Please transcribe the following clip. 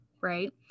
right